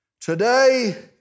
Today